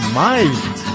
mind